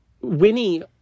Winnie